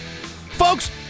Folks